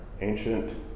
ancient